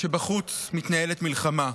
שבחוץ מתנהלת מלחמה.